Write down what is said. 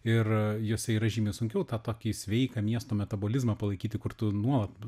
ir jose yra žymiai sunkiau tą tokį sveiką miesto metabolizmą palaikyti kur tu nuolat